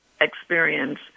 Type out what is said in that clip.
experience